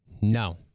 no